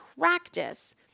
practice